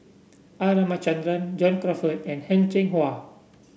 R Ramachandran John Crawfurd and Heng Cheng Hwa